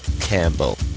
Campbell